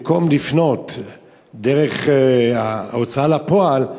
במקום לפנות דרך ההוצאה לפועל,